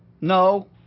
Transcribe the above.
no